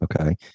Okay